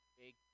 big